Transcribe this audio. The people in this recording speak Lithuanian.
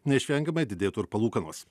neišvengiamai didėtų ir palūkanos